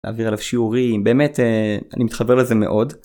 להעביר עליו שיעורים, באמת אני מתחבר לזה מאוד